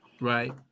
Right